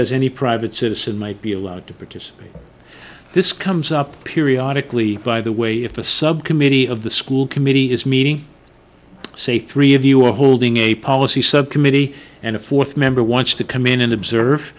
as any private citizen might be allowed to participate this comes up periodic lee by the way if a subcommittee of the school committee is meeting say three of you are holding a policy subcommittee and a fourth member wants to come in and observe